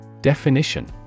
Definition